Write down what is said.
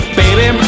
baby